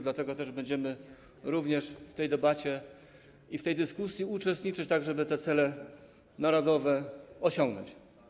Dlatego też będziemy również w tej debacie, w tej dyskusji uczestniczyć, tak żeby te cele narodowe osiągnąć.